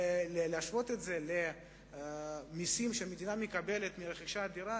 אם להשוות את זה למסים שהמדינה מקבלת מרכישת דירה,